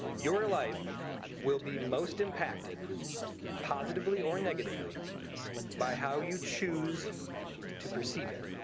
your life will be most impacted positively or negatively by how you choose to perceive it.